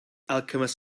alchemist